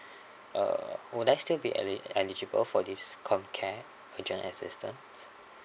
uh would I still be eli~ eligible for this comm care agent assistance